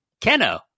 Keno